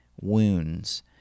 wounds